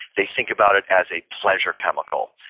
they think about it as a pleasure chemical.